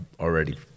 already